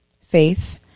faith